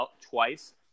twice